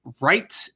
right